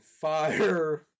fire